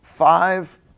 Five